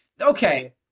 Okay